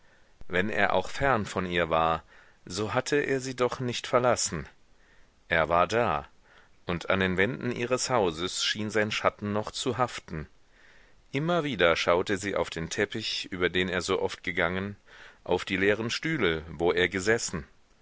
wenn er auch fern von ihr war so hatte er sie doch nicht verlassen er war da und an den wänden ihres hauses schien sein schatten noch zu haften immer wieder schaute sie auf den teppich über den er so oft gegangen auf die leeren stühle wo er gesessen